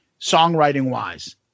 songwriting-wise